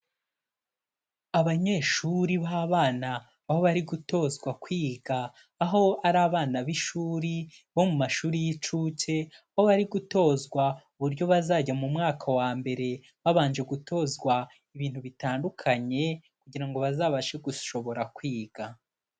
Abanyeshuri b'abana aho bari gutozwa kwiga, aho ari abana b'ishuri bo mu mashuri y'incuke, ahoo bari gutozwa uburyo bazajya mu mwaka wa mbere, babanje gutozwa ibintu bitandukanye kugira ngo bazabashe gushobora kwiga.